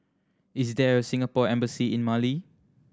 is there a Singapore Embassy in Mali